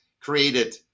created